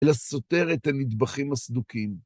אלא סותר את הנדבכים הסדוקים